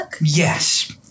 Yes